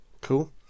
cool